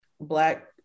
black